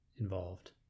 involved